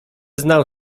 znał